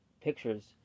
Pictures